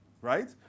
Right